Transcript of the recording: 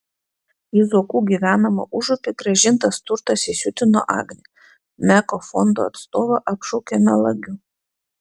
į zuokų gyvenamą užupį grąžintas turtas įsiutino agnę meko fondo atstovą apšaukė melagiu